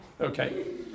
Okay